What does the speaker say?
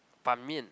Ban-Mian